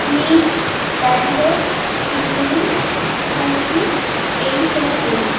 নিক Adidas Levi's Gucci H and M